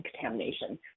contamination